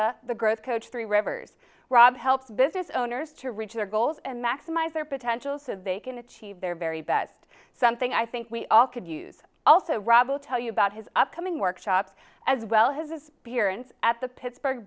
stanza the growth coach three rivers rob helps business owners to reach their goals and maximize their potential so they can achieve their very best something i think we all could use also robert tell you about his upcoming workshops as well his beer and at the pittsburgh